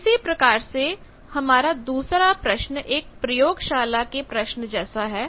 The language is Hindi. इसी प्रकार से हमारा दूसरा प्रश्न एक प्रयोगशाला के प्रश्न जैसा है